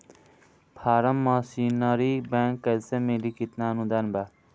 Form machinery bank कैसे मिली कितना अनुदान बा?